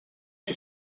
fit